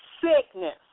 sickness